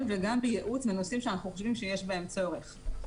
וגם בייעוץ בנושאים שאנחנו חושבים שיש בהם צורך.